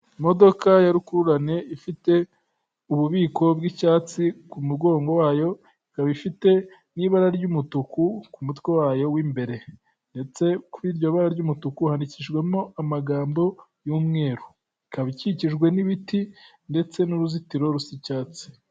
Imodoka ya rukurane ifite ububiko bw'icyatsi ku mugongo wayo, ikaba ifite n'ibara ry'umutuku ku mutwe wayo w'imbere, ndetse kuri iryo bara ry'umutuku hadikijwemo amagambo y'umweru, ikaba ikikijwe n'ibiti ndetse n'uruzitiro rusa icyatsi.